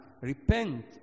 repent